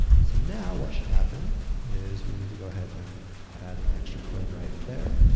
so, now what should happen is we need to go ahead and add an extra-paren right there.